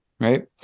Right